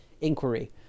inquiry